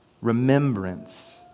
Remembrance